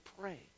pray